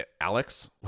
Alex